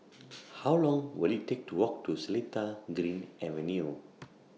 How Long Will IT Take to Walk to Seletar Green Avenue